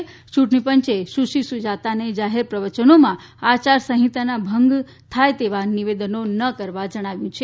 યૂંટણી પંચે સુશ્રી સુજાતાને જાહેર પ્રવચનોમાં આચાર સંહિતાના ભંગ થાય તેવા નિવેદનો ન કરવા જણાવ્યું છે